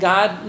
God